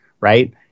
right